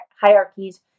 hierarchies